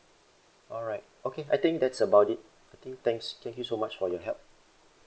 alright okay I think that's about it I think thanks thank you so much for your help